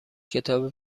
کتابی